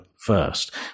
first